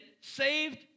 saved